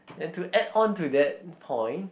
and to add on to that point